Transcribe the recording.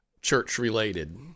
church-related